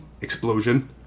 explosion